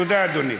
תודה, אדוני.